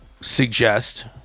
suggest